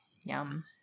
Yum